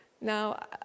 Now